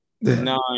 nine